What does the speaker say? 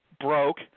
broke